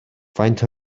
faint